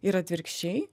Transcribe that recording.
ir atvirkščiai